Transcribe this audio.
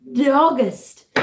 August